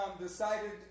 decided